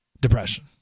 Depression